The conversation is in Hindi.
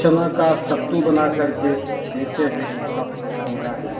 चना का सत्तू बना कर के बेचे हैं तो उसका फ़ायदा मिला है